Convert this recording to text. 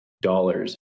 dollars